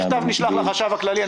המכתב נשלח לחשב הכללי.